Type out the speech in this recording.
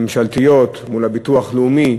הממשלתיות, מול הביטוח הלאומי,